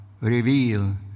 reveal